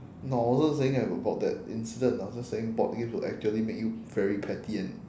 no I wasn't saying about that incident I was just saying board games would actually make you very petty and